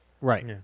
Right